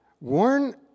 Warn